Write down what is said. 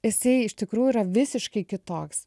jisai iš tikrųjų yra visiškai kitoks